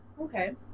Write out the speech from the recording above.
Okay